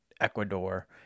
Ecuador